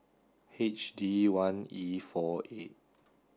H D one E four eight